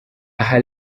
aha